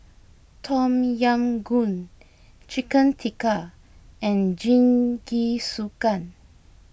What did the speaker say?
Tom Yam Goong Chicken Tikka and Jingisukan